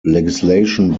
legislation